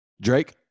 Drake